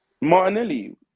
Martinelli